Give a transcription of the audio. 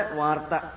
warta